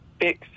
fix